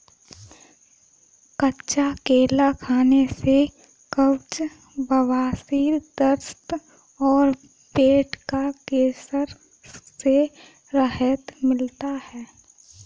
कच्चा केला खाने से कब्ज, बवासीर, दस्त और पेट का कैंसर से राहत मिलता है